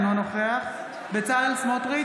אינו נוכח בצלאל סמוטריץ'